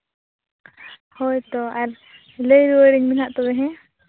ᱦᱳᱭᱛᱳ ᱟᱨ ᱞᱟᱹᱭ ᱨᱩᱣᱟᱹᱲᱟᱹᱧ ᱢᱮ ᱱᱟᱦᱟᱸᱜ ᱛᱚᱵᱮ ᱦᱮᱸ